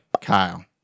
Kyle